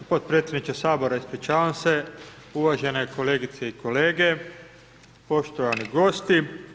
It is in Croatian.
Potpredsjedniče Sabora ispričavam se, uvažene kolegice i kolege, poštovani gosti.